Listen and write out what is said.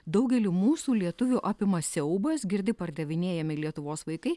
daugelį mūsų lietuvių apima siaubas girdi pardavinėjami lietuvos vaikai